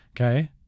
okay